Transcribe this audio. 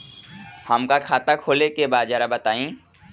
हमका खाता खोले के बा जरा बताई?